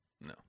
No